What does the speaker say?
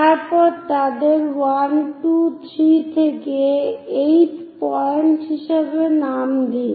তারপর তাদের 1 2 3 থেকে 8 পয়েন্ট হিসাবে নাম দিন